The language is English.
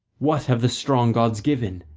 what have the strong gods given?